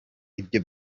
ibyo